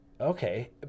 okay